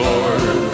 Lord